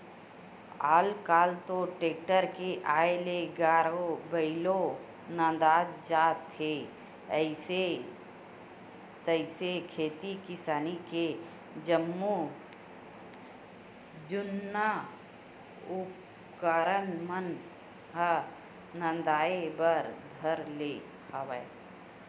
आल कल तो टेक्टर के आय ले गाड़ो बइलवो नंदात जात हे अइसे तइसे खेती किसानी के जम्मो जुन्ना उपकरन मन ह नंदाए बर धर ले हवय